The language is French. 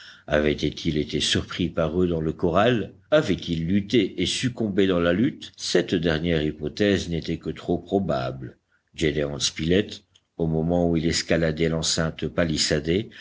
avait-il été surpris par eux dans le corral avait-il lutté et succombé dans la lutte cette dernière hypothèse n'était que trop probable gédéon spilett au moment où il escaladait l'enceinte palissadée